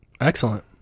Excellent